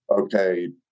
okay